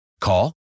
Call